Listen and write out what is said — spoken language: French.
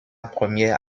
première